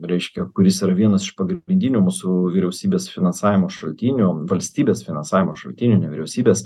reiškia kuris yra vienas iš pagrindinių mūsų vyriausybės finansavimo šaltinių valstybės finansavimo šaltinių ne vyriausybės